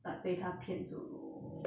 but 被他骗走